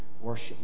worship